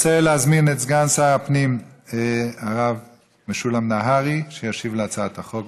את סגן שר הפנים הרב משולם נהרי להשיב על הצעת החוק.